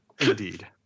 Indeed